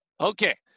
okay